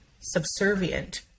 subservient